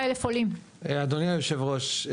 אדוני יושב הראש,